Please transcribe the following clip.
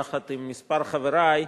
יחד עם כמה מחברי,